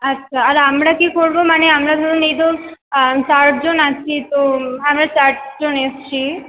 আচ্ছা আর আমরা কি করব মানে আমরা ধরুন এই যে চারজন আছি তো আমরা চারজন এসেছি